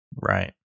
Right